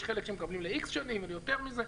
יש כאלה שמקבלים לאיקס שנים וליותר מזה,